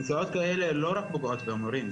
הנסיעות האלה לא רק פוגעות במורים,